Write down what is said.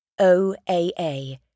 OAA